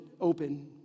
open